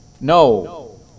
no